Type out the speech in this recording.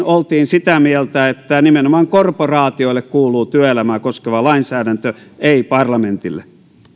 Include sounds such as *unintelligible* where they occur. *unintelligible* oltiin sitä mieltä että nimenomaan korporaatioille kuuluu työelämää koskeva lainsäädäntö ei parlamentille